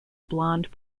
blonde